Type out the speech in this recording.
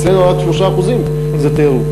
אצלנו רק 3% זה תיירות.